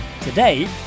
Today